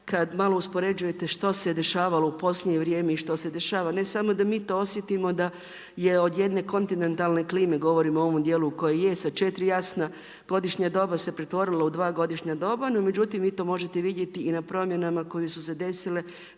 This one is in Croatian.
kad malo uspoređujete što se dešavalo u posljednje vrijeme i što se dešava. Ne samo da mi to osjetimo da je od jedne kontinentalne klime govorim o ovom dijelu koji je sa četiri jasna godišnja doba se pretvorilo u dva godišnja doba. No međutim, vi to možete vidjeti i na promjenama koje su se desile